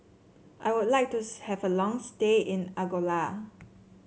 I would like to have a long stay in Angola